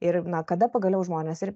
ir na kada pagaliau žmonės ir